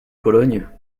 pologne